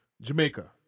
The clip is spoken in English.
Jamaica